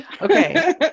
Okay